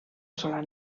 sola